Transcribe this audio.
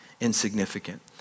insignificant